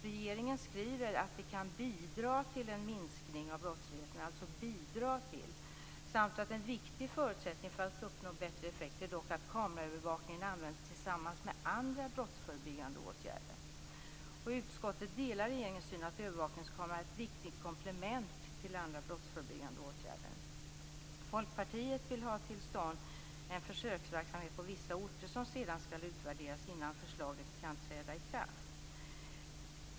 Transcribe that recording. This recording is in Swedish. Regeringen skriver att det kan bidra till en minskning av brottsligheten samt att en viktig förutsättning för att uppnå bättre effekter är att kameraövervakningen används tillsammans med andra brottsförebyggande åtgärder. Utskottet delar regeringens syn att övervakningskameran är ett viktigt komplement till andra brottförebyggande åtgärder. Folkpartiet vill ha till stånd en försöksverksamhet på vissa orter som sedan skall utvärderas innan förslaget kan träda i kraft.